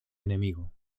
enemigo